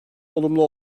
olumlu